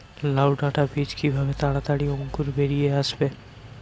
লাউ ডাটা বীজ কিভাবে তাড়াতাড়ি অঙ্কুর বেরিয়ে আসবে?